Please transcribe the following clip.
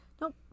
nope